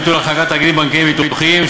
ביטול החרגת תאגידים בנקאיים וביטוחיים),